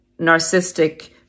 narcissistic